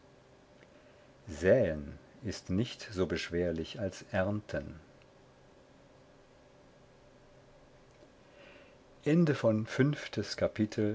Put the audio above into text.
säen ist nicht so beschwerlich als ernten